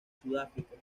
sudáfrica